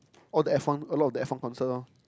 all the F one a lot of the F one concert lor